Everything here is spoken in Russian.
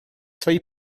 свои